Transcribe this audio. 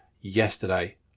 yesterday